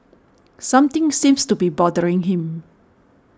something seems to be bothering him